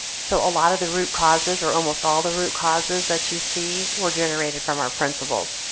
so a lot of the root causes, or almost all the root causes that you see, were generated from our principals.